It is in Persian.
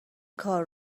کار